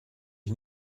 ich